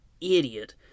idiot